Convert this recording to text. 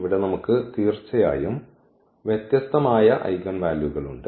ഇവിടെ നമുക്ക് തീർച്ചയായും വ്യത്യസ്തമായ ഐഗൻ വാല്യൂകൾ ഉണ്ട്